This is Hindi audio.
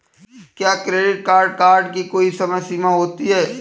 क्या क्रेडिट कार्ड की कोई समय सीमा होती है?